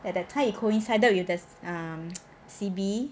at that time it coincided with the um C_B